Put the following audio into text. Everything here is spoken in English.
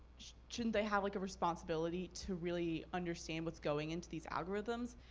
shouldn't they have like a responsibility to really understand what's going into these algorithms?